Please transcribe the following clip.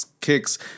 kicks